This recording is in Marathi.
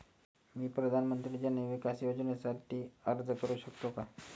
मी प्रधानमंत्री जन विकास योजनेसाठी अर्ज करू शकतो का?